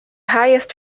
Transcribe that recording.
highest